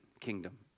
kingdom